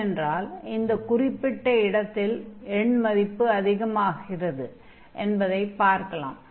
ஏனென்றால் இந்த குறிப்பிட்ட இடத்தில் எண்மதிப்பு அதிகமாகிறது என்பதைப் பார்க்கலாம்